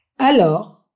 Alors